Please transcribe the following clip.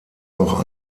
noch